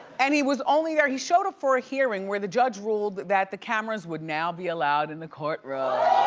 and he was only there, he showed up for a hearing where the judge ruled that the cameras would now be allowed in the court room.